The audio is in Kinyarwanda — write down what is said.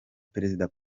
perezida